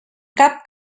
cap